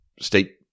state